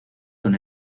con